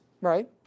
Right